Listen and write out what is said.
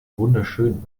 wunderschön